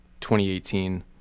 2018